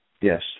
Yes